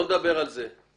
בוא נדבר על זה.